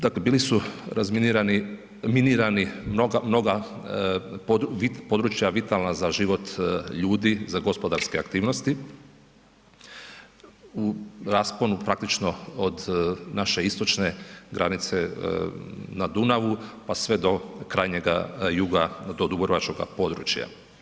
Dakle, bili su razminirani, minirani mnoga područja vitalna za život ljudi za gospodarske aktivnosti u rasponu praktično od naše istočne granice na Dunavu, pa sve do krajnjega juga do dubrovačkoga područja.